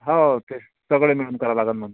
हो तेच सगळे मिळून करावं लागेल मग